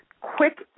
quick